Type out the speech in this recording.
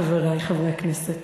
חברי חברי הכנסת,